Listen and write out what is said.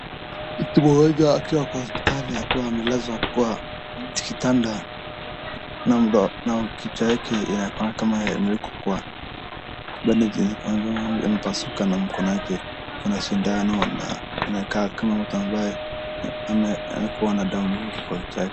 Mtu mmoja akiwa kwa hospitali akiwa amelazwa kwa kitanda na kichwa yake inakaa kama imewakwa kwa bandeji ama imepasuka na mkono yake iko na sindano na inakaa kama mtu ambaye alikuwa na damu nyingi kwa kichwa yake.